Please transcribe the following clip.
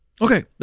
Okay